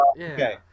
Okay